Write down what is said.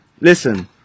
listen